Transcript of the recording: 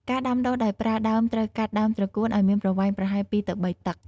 ការដាំដុះដោយប្រើដើមត្រូវកាត់ ដើមត្រកួន ឲ្យមានប្រវែងប្រហែល ២ ទៅ ៣ តឹក។